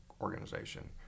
organization